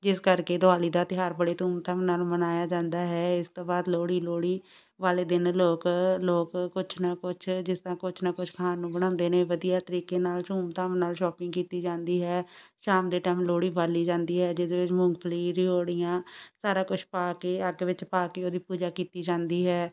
ਜਿਸ ਕਰਕੇ ਦੀਵਾਲੀ ਦਾ ਤਿਉਹਾਰ ਬੜੇ ਧੂਮਧਾਮ ਨਾਲ ਮਨਾਇਆ ਜਾਂਦਾ ਹੈ ਇਸ ਤੋਂ ਬਾਅਦ ਲੋਹੜੀ ਲੋਹੜੀ ਵਾਲੇ ਦਿਨ ਲੋਕ ਲੋਕ ਕੁਛ ਨਾ ਕੁਛ ਜਿਸ ਤਰ੍ਹਾਂ ਕੁਛ ਨਾ ਕੁਛ ਖਾਣ ਨੂੰ ਬਣਾਉਂਦੇ ਨੇ ਵਧੀਆ ਤਰੀਕੇ ਨਾਲ ਧੂਮਧਾਮ ਨਾਲ ਸ਼ੋਪਿੰਗ ਕੀਤੀ ਜਾਂਦੀ ਹੈ ਸ਼ਾਮ ਦੇ ਟਾਈਮ ਲੋਹੜੀ ਬਾਲੀ ਜਾਂਦੀ ਹੈ ਜਿਸ ਵਿੱਚ ਮੂੰਗਫਲੀ ਰਿਉੜੀਆਂ ਸਾਰਾ ਕੁਛ ਪਾ ਕੇ ਅੱਗ ਵਿੱਚ ਪਾ ਕੇ ਉਹਦੀ ਪੂਜਾ ਕੀਤੀ ਜਾਂਦੀ ਹੈ